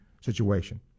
situation